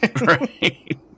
Right